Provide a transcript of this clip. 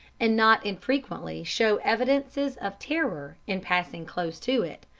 and not infrequently show evidences of terror in passing close to it,